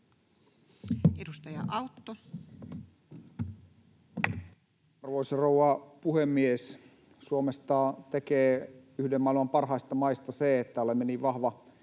Content: Arvoisa rouva puhemies! Suomesta tekee yhden maailman parhaista maista se, että olemme niin vahva